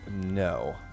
No